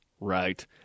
right